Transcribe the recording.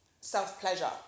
self-pleasure